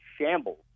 shambles